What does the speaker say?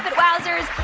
but wowzers.